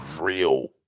real